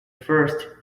first